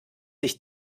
ich